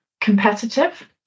Competitive